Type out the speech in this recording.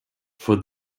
for